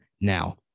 Now